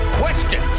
question